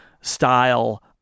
style